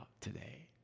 today